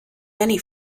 many